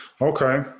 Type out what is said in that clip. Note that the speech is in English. Okay